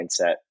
mindset